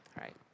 right